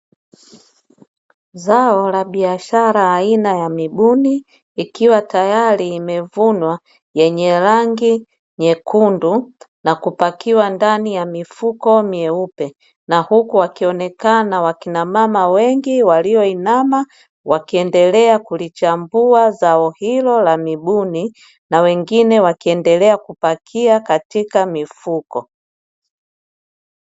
Zao la biashara aina ya mibuni ikiwa tayari imevunwa, yenye rangi nyekundu na kupakiwa ndani ya mifuko meupe, na huku wakionekana wakina mama wengi walioinama wakiendelea kulichambua zao hilo la mibuni na wengine wakiendelea kupakia katika mifuko.